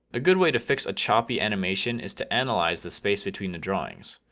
a good way to fix a choppy animation is to analyze the space between the drawings.